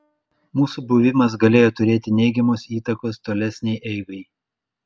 mūsų buvimas galėjo turėti neigiamos įtakos tolesnei eigai